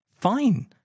fine